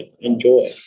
enjoy